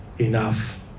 enough